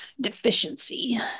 deficiency